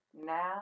Now